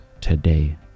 today